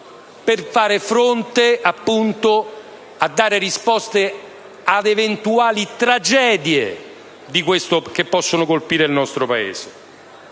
per far fronte ad eventuali tragedie che possono colpire il nostro Paese.